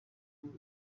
kuko